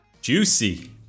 Juicy